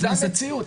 זו המציאות.